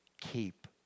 keep